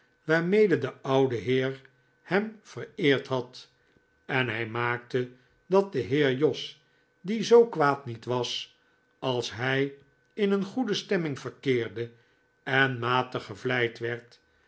waarmede de oude heer hem vereerd had en hij maakte dat de heer jos die zoo kwaad niet was als hij in een goede stemming verkeerde en matig gevleid werd